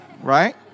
Right